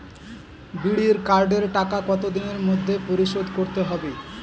বিড়ির কার্ডের টাকা কত দিনের মধ্যে পরিশোধ করতে হবে?